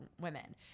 women